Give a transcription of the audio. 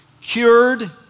cured